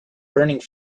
burning